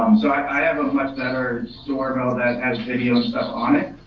um so i have a much better doorbell that has video stuff on it.